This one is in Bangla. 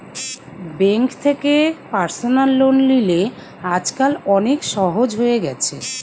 বেঙ্ক থেকে পার্সনাল লোন লিলে আজকাল অনেক সহজ হয়ে গেছে